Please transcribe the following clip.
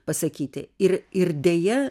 pasakyti ir ir deja